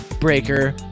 Breaker